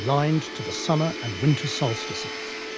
aligned to the summer and winter solstices,